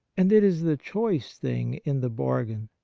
and it is the choice thing in the bargain.